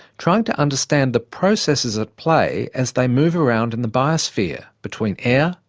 trying to understand the processes at play as they move around in the biosphere between air,